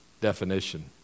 definition